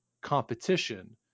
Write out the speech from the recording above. competition